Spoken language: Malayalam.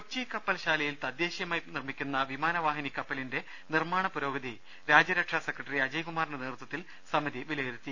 കൊച്ചി കപ്പൽ ശാലയിൽ തദ്ദേശീയമായി നിർമ്മിക്കുന്ന വിമാന വാഹിനി കപ്പലിന്റെ നിർമ്മാണ പുരോഗതി രാജ്യരക്ഷാ സെക്രട്ടറി അജയ്കുമാ റിന്റെ നേതൃത്വത്തിൽ സമിതി വിലയിരുത്തി